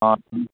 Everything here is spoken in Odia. ହଁ